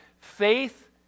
Faith